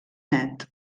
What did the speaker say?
net